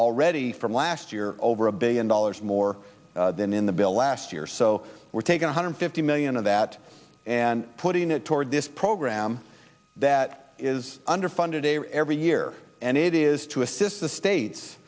already from last year over a billion dollars more than in the bill last year so we're taking one hundred fifty million of that and putting it toward this program that is underfunded a every year and it is to assist the states